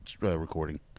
recording